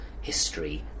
history